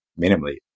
minimally